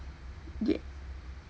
yet